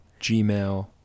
Gmail